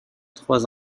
trois